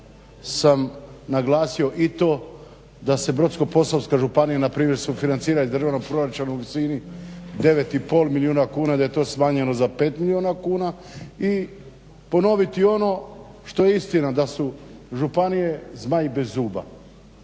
sam naglasio i to da se Brodsko-posavska županija na primjer sufinancira iz Državnog proračuna u visini 9 i pol milijuna kuna, da je to smanjeno za 5 milijuna kuna. I ponoviti ono što je istina da su županije zmaj bez zuba.